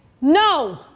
no